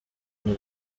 muri